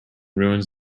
ruins